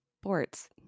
sports